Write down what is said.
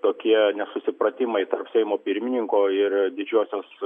tokie nesusipratimai tarp seimo pirmininko ir didžiosios